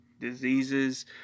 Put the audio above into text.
diseases